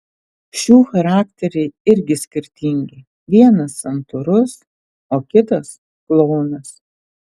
šių charakteriai irgi skirtingi vienas santūrus o kitas klounas